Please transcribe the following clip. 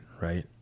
right